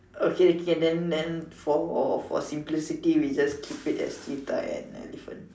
okay okay then then for for simplicity we just keep it as cheetah and elephant